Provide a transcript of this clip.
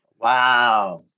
Wow